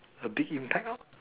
a big impact lor